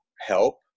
help